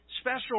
special